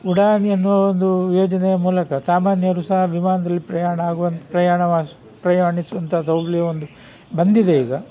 ಉಡಾನ್ ಎನ್ನುವ ಒಂದು ಯೋಜನೆಯ ಮೂಲಕ ಸಾಮಾನ್ಯರೂ ಸಹ ವಿಮಾನ್ದಲ್ಲಿ ಪ್ರಯಾಣ ಆಗುವಂತ್ ಪ್ರಯಾಣ ಪ್ರಯಾಣಿಸುವಂತಹ ಸೌಲಭ್ಯ ಒಂದು ಬಂದಿದೆ ಈಗ